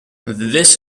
this